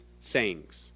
Sayings